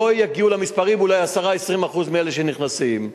לא יגיעו למספרים, ואולי 10% 20% מאלה שנכנסים.